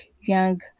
young